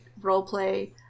roleplay